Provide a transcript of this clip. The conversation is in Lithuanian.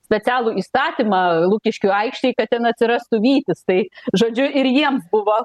specialų įstatymą lukiškių aikštei kad ten atsirastų vytis tai žodžiu ir jiems buvo